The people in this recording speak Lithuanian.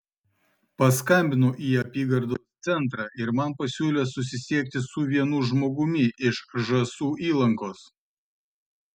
paskambinau į apygardos centrą ir man pasiūlė susisiekti su vienu žmogumi iš žąsų įlankos